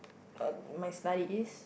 uh my study is